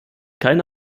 keine